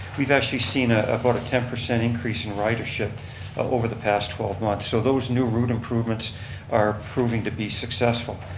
we've actually seen ah about a ten percent increase in ridership over the past twelve months. so those new route improvements are proving to be successful.